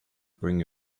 bring